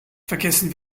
vergessen